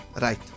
right